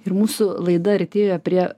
ir mūsų laida artėja prie